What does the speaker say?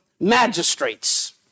magistrates